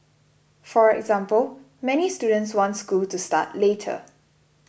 for example many students want school to start later